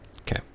okay